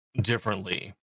differently